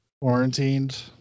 Quarantined